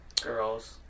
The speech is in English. girls